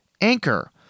Anchor